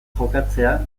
jokatzea